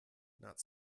not